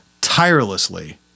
tirelessly